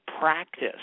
practice